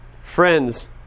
friends